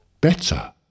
Better